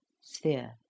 Sphere